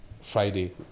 Friday